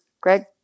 Greg